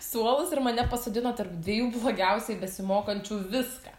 suolus ir mane pasodino tarp dviejų blogiausiai besimokančių viską